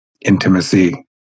Intimacy